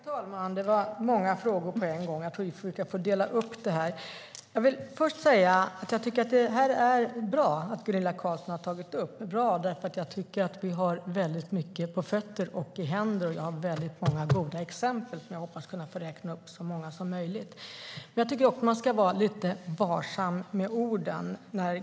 Herr talman! Det var många frågor på en gång; jag tror att jag får dela upp det. Jag vill först säga att jag tycker att det är bra att Gunilla Carlsson har tagit upp det här. Det är bra, för jag tycker att vi har mycket på fötterna - och i händerna. Jag har väldigt många goda exempel som jag hoppas kunna få räkna upp så många som möjligt av. Jag tycker dock också att man ska vara lite varsam med orden.